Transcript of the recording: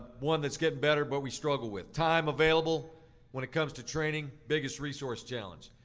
one that's getting better, but we struggle with, time available when it comes to training, biggest resource challenge.